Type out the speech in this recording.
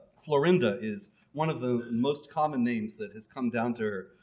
florinda is one of those most common names that has come down to her.